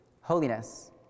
holiness